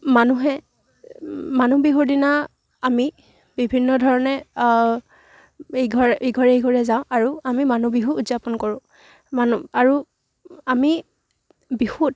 মানুহে মানুহ বিহুৰ দিনা আমি বিভিন্ন ধৰণে ইঘৰে ইঘৰে সিঘৰে যাওঁ আৰু আমি মানুহ বিহু উদযাপন কৰোঁ মানুহ আৰু আমি বিহুত